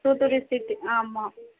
Thoothukudi city ஆமாம்